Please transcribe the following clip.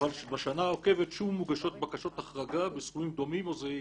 אבל בשנה העוקבת שוב מוגשות בקשות החרגה בסכומים דומים או זהים.